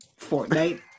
Fortnite